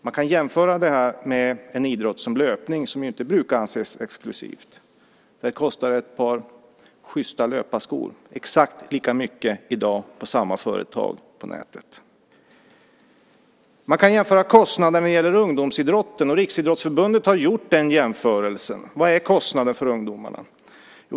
Man kan jämföra det här med en idrott som löpning, som inte brukar anses exklusiv. Ett par sjysta löparskor kostar exakt lika mycket på samma företag på nätet i dag. Man kan jämföra kostnaden när det gäller ungdomsidrotten. Riksidrottsförbundet har gjort den jämförelsen. Vad är kostnaden för ungdomarna?